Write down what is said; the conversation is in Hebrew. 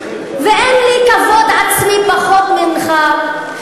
ואין לי כבוד עצמי פחות מאשר לך,